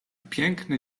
piękny